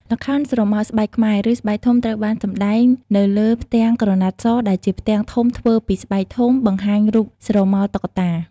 ល្ខោនស្រមោលស្បែកខ្មែរ ឬ ស្បែកធំ ត្រូវបានសម្ដែងនៅលើ ផ្ទាំងក្រណាត់ស ដែលជាផ្ទាំងធំធ្វើពីស្បែកធំ បង្ហាញរូបស្រមោលតុក្កតា។